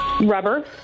Rubber